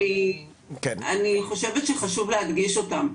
אבל אני חושבת שחשוב להדגיש אותם.